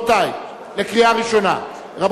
26 בעד, אין מתנגדים, אין